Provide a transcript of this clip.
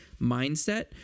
mindset